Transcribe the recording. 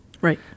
Right